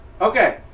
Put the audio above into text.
Okay